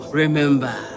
remember